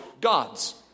God's